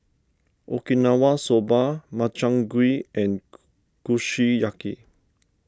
Okinawa Soba Makchang Gui and Kushiyaki